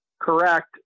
correct